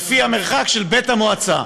לפי המרחק של בית המועצה.